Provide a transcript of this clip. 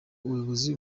ubuyobozi